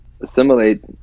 assimilate